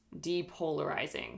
depolarizing